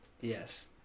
Yes